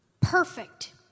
perfect